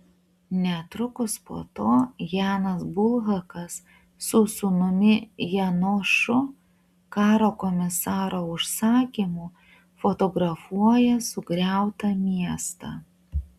netrukus po to janas bulhakas su sūnumi janošu karo komisaro užsakymu fotografuoja sugriautą miestą